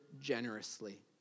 generously